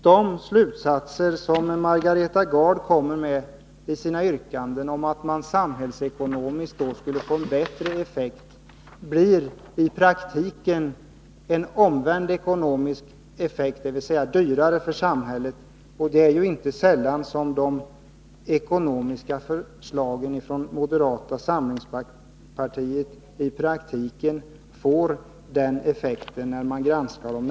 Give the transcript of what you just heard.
De slutsatser som Margareta Gard drar i sina yrkanden om att man samhällsekonomiskt skulle få en bättre effekt blir i praktiken en omvänd ekonomisk effekt, dvs. det blir dyrare för samhället. Det är inte sällan som de ekonomiska förslagen från moderata samlingspartiet i praktiken skulle få den effekten.